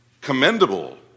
commendable